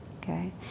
okay